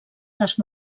les